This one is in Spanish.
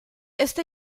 esta